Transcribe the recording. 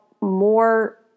more